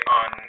on